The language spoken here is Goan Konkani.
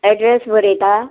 एड्रेस बरयता